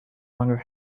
longer